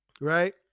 right